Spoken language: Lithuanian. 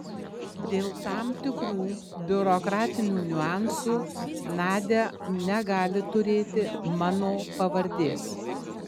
dėl tam tikrų biurokratinių niuansų nadia negali turėti mano pavardės